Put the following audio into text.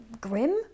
grim